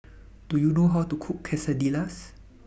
Do YOU know How to Cook Quesadillas